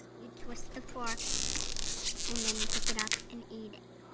you twist the fork and then you pick it up and eat it.